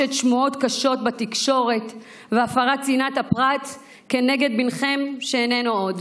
שמועות קשות בתקשורת והפרת צנעת הפרט של בנכם שאיננו עוד.